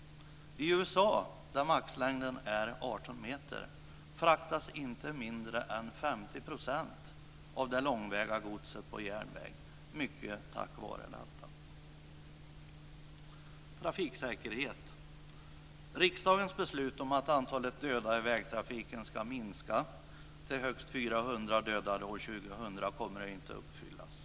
I USA, där maximilängden är 18 meter, fraktas inte mindre än 50 % av det långväga godset på järnväg, mycket just av nämnda orsak. Sedan gäller det trafiksäkerheten. Riksdagens beslut om att antalet döda i vägtrafiken ska minskas till högst 400 dödade år 2000 kommer inte att uppfyllas.